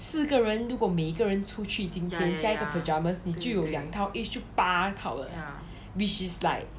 四个人如果每个人出去今天加一个 pajamas 你就有两套 which 就八套了 which is like